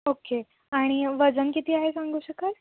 okay आणि वजन किती आहे सांगू शकाल